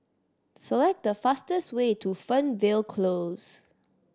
select the fastest way to Fernvale Close